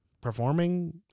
performing